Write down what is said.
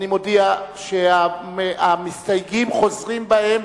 אני מודיע שהמסתייגים חוזרים בהם